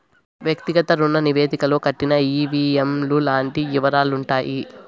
వ్యక్తిగత రుణ నివేదికలో కట్టిన ఈ.వీ.ఎం లు లాంటి యివరాలుంటాయి